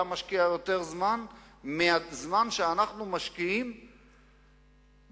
היה משקיע יותר זמן מהזמן שאנחנו משקיעים באמת,